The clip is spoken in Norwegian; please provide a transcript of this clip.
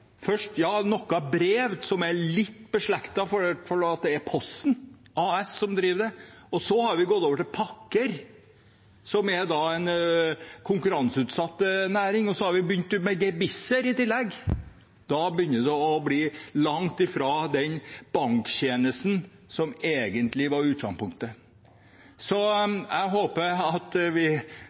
noen brev, som er litt beslektet fordi det er Posten AS som driver det. Så har man gått over til pakker, som er en konkurranseutsatt næring. Og man har begynt med gebisser i tillegg. Da begynner det å bli langt fra den banktjenesten som egentlig var utgangspunktet. Jeg håper vi avslutter denne debatten ganske snart, at vi